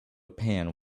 pan